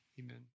Amen